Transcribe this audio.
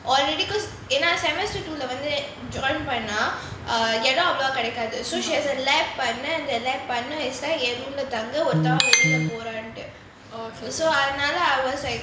already because ஏனா:yaenaa semester two leh வந்து:vanthu join பண்ணா இடம் அவ்ளோ கெடைக்காது:panna idam avlo kedaikaathu so she has a laboratory partner and the laboratory partner is என்:en room leh தங்கு ஒருத்தங்க வெளிய போறாங்கண்ணு:thangu oruthanga veliya poraanganu so another I was like